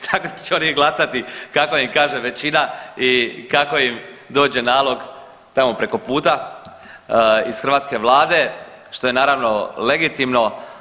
Tako će oni i glasati kako im kaže većina i kako im dođe nalog tamo preko puta iz hrvatske Vlade što je naravno legitimno.